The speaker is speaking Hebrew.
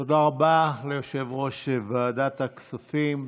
תודה רבה ליושב-ראש ועדת הכספים.